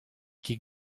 ket